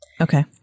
Okay